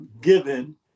given